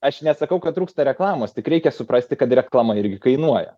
aš nesakau kad trūksta reklamos tik reikia suprasti kad reklama irgi kainuoja